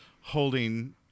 holding